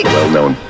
Well-known